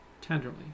tenderly